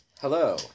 Hello